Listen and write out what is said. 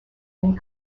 and